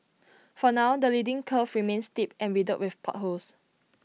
for now the leading curve remains steep and riddled with potholes